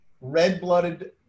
red-blooded